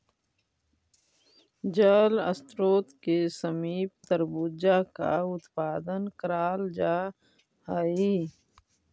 जल स्रोत के समीप तरबूजा का उत्पादन कराल जा हई